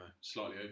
Slightly